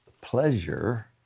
pleasure